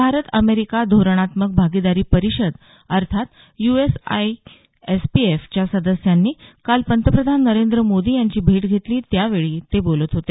Bharat America धोरणात्मक भागिदारी परिषद अर्थात U S I S P F च्या सदस्यांनी काल पंतप्रधान नरेंद्र मोदी यांची भेट घेतली त्यावेळी ते बोलत होते